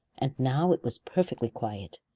and now it was perfectly quiet,